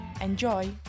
Enjoy